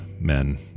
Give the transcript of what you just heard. men